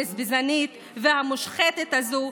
הבזבזנית והמושחתת הזו,